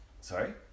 Sorry